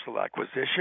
acquisition